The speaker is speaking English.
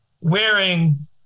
wearing